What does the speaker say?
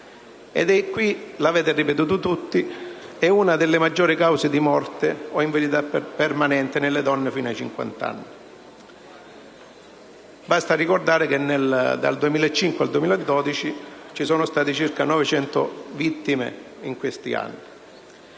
ed è - l'avete ripetuto tutti - una delle maggiori cause di morte o di invalidità permanente nelle donne fino ai 50 anni. Basta ricordare che dal 2005 al 2012 ci sono state circa 900 vittime. È diventato